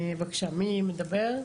בבקשה, מי מדבר?